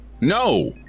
No